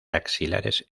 axilares